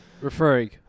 Referring